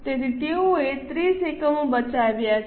તેથી તેઓએ 30 એકમો બચાવ્યા છે